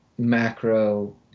macro